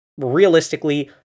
realistically